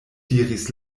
diris